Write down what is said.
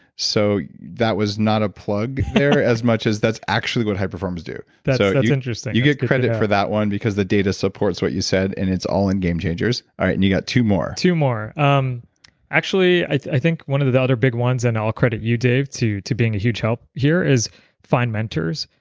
so that was not a plug there as much as that's actually what high performers do that's so that's interesting you get credit for that one because the data supports what you said and it's all in game changers. all right, and you got two more two more. um actually, i think one of the other big ones, and i'll credit you dave to being a huge help here, is find mentors.